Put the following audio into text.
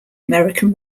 american